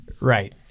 Right